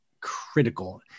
critical